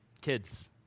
Kids